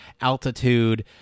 altitude